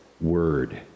word